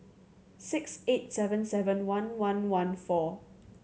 six eight seven seven one one one four